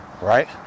Right